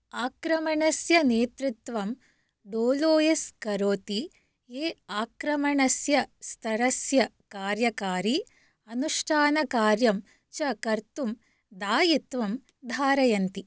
आक्रमणस्य नेतृत्वं डोलोयिस् करोति ये आक्रमणस्य स्तरस्य कार्यकारी अनुष्ठानकार्यं च कर्तुं दायित्वं धारयन्ति